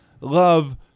love